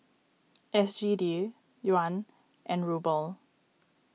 S G D Yuan and Ruble